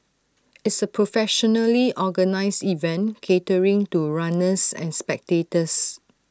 it's A professionally organised event catering to runners and spectators